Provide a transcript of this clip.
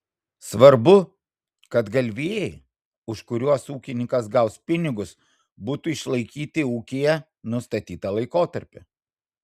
svarbu kad galvijai už kuriuos ūkininkas gaus pinigus būtų išlaikyti ūkyje nustatytą laikotarpį